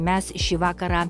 mes šį vakarą